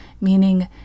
Meaning